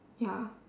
ya